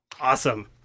Awesome